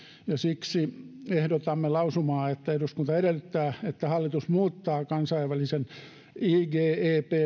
ja siksi ehdotamme lausumaa eduskunta edellyttää että hallitus muuttaa kansainvälisen igep